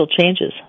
changes